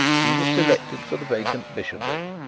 he was selected for the vacant bishopric,